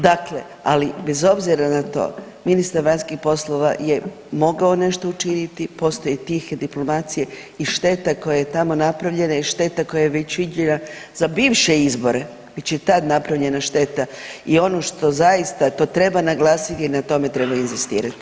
Dakle, ali bez obzira na to ministar vanjskih poslova je mogao nešto učiniti, postoje tihe diplomacije i šteta koja je tamo napravljena i šteta koja je već viđena za bivše izbore već je tad napravljena šteta i ono što zaista to treba naglasiti i na tome treba inzistirati.